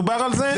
דובר על זה,